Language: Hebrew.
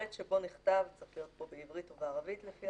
שלט שבו נכתב:" צריך להיות פה "בעברית ובערבית" לפי